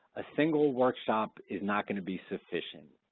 a single workshop is not gonna be sufficient.